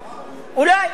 אולי.